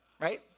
Right